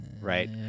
right